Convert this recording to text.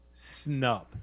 snub